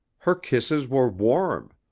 her kisses were warm,